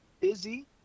Izzy